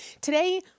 Today